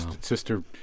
Sister